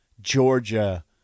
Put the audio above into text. Georgia